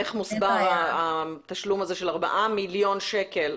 איך מוסבר התשלום הזה של ארבעה מיליון שקל.